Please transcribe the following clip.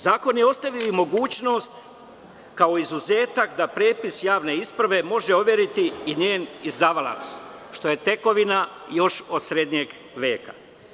Zakon je ostavio i mogućnost, kao izuzetak da prepis javne isprave može overiti i njen izdavalac, što je tekovina još od srednjeg veka.